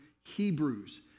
Hebrews